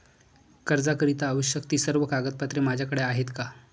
कर्जाकरीता आवश्यक ति सर्व कागदपत्रे माझ्याकडे आहेत का?